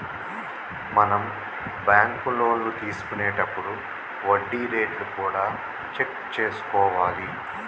మనం బ్యాంకు లోన్లు తీసుకొనేతప్పుడు వడ్డీ రేట్లు కూడా చెక్ చేసుకోవాలి